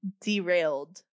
derailed